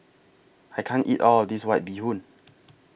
I can't eat All of This White Bee Hoon